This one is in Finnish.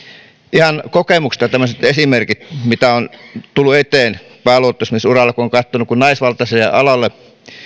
ihan kokemuksesta tämmöisiä esimerkkejä mitä on tullut eteen pääluottamusmiesuralla kun on katsonut naisvaltaista alaa